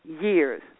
years